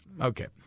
Okay